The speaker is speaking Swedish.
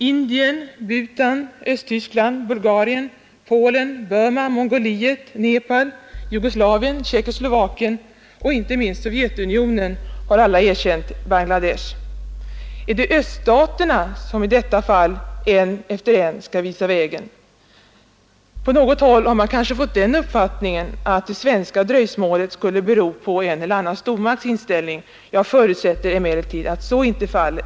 Indien, Bhutan, Östtyskland, Bulgarien, Polen, Burma, Mongoliet, Nepal, Jugoslavien, Tjeckoslovakien och — inte minst — Sovjetunionen har alla erkänt Bangladesh. Är det öststaterna som i detta fall en efter en skall visa vägen? På något håll har man kanske fått den uppfattningen att det svenska dröjsmålet skulle bero på en eller annan stormakts inställning. Jag förutsätter emellertid att så inte är fallet.